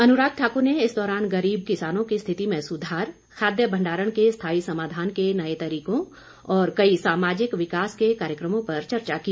अनुराग ठाकुर ने इस दौरान गरीब किसानों की स्थिति में सुधार खाद्य भण्डारण के स्थाई समाधान के नए तरीकों और कई सामाजिक विकास के कार्यक्रमों पर चर्चा की